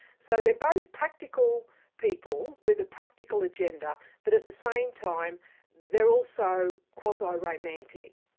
so they're both practical people with a practical agenda but at the same time they're also quasi-romantic.